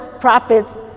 prophets